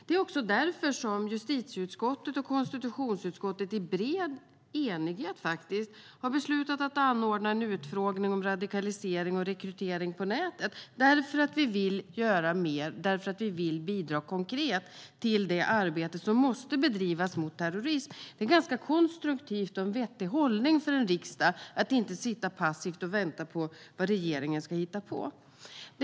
Det är också därför som justitieutskottet och konstitutionsutskottet i bred enighet har beslutat att anordna en utfrågning om radikalisering och rekrytering på nätet, för att vi vill göra mer och bidra konkret till det arbete som måste bedrivas mot terrorism. Det är konstruktivt och en vettig hållning för en riksdag att inte sitta passiv och vänta på vad regeringen ska hitta på.